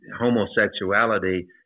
homosexuality